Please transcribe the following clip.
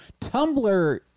Tumblr